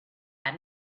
had